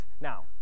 Now